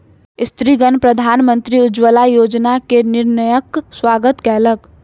स्त्रीगण प्रधानमंत्री उज्ज्वला योजना के निर्णयक स्वागत कयलक